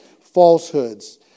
falsehoods